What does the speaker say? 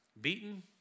Beaten